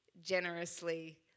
generously